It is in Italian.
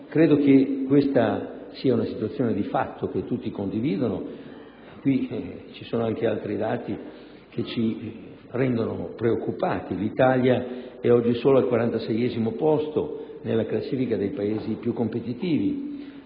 Credo che questa sia una situazione di fatto che tutti condividono. Ci sono anche altri dati che ci rendono preoccupati: l'Italia è oggi solo al 46° posto nella classifica dei Paesi più competitivi;